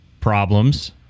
problems